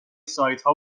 سایتها